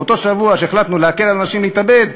באותו שבוע שהחלטנו להקל על אנשים להתאבד,